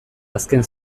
azken